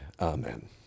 amen